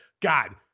God